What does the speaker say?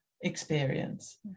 experience